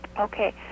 okay